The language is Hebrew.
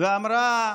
ואמרה: